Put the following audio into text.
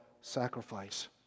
sacrifice